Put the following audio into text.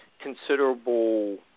considerable